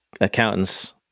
accountants